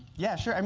yeah, sure. um